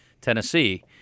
Tennessee